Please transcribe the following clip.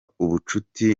ubushuti